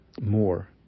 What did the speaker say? more